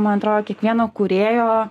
man atrodo kiekvieno kūrėjo